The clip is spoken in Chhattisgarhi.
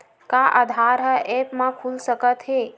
का आधार ह ऐप म खुल सकत हे?